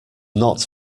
not